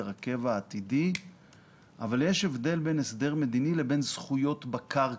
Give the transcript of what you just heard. הקבע העתידי אבל יש הבדל בין הסדר מדיני לבין זכויות בקרקע,